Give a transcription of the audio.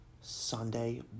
Sunday